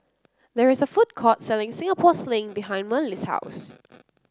there is a food court selling Singapore Sling behind Merle's house